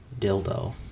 dildo